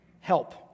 help